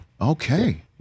Okay